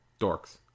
dorks